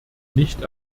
nicht